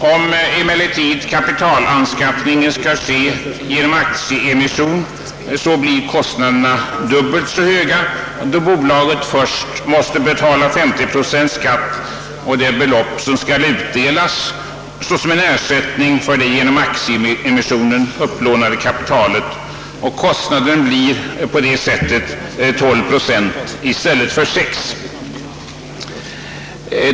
Om emellertid kapitalanskaffningen sker genom aktieemission, blir kostnaden dubbelt så hög, eftersom bolaget måste betala 50 procent skatt på det belopp som skall utdelas såsom ersättning för det genom aktieemissionen upplånade kapitalet, och kostnaden blir på det sättet 12 procent i stället för 6.